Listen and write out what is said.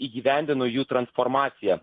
įgyvendino jų transformaciją